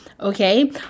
Okay